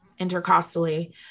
intercostally